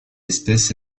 espèce